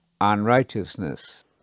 unrighteousness